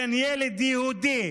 בין ילד יהודי